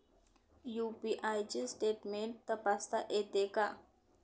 UPI चे statement तपासता येते का?